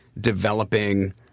developing